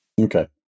Okay